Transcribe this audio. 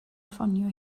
ffonio